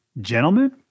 Gentlemen